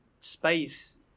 space